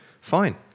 fine